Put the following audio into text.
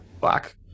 Black